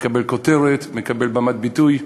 מקבל כותרת, מקבל במת ביטוי.